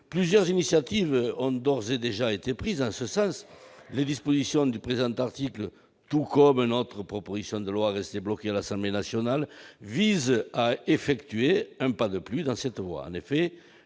Plusieurs initiatives ont d'ores et déjà été prises en ce sens. Les dispositions du présent article, tout comme notre proposition de loi, restée bloquée à l'Assemblée nationale, visent à effectuer un pas de plus dans cette